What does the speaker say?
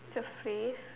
the face